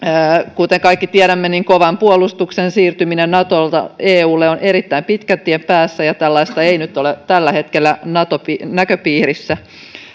kuten kaikki tiedämme kovan puolustuksen siirtyminen natolta eulle on erittäin pitkän tien päässä ja tällaista ei nyt ole tällä hetkellä näköpiirissä